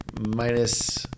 minus